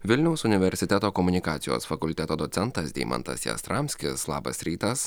vilniaus universiteto komunikacijos fakulteto docentas deimantas jastramskis labas rytas